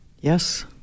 Yes